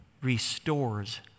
restores